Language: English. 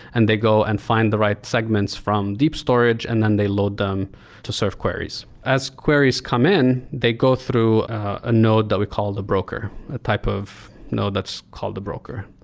and they go and find the right segments from deep storage and then they load them to serve queries. as queries come in, they go through a node that we call the broker, a type of node that's called a broker.